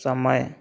समय